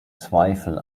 zweifel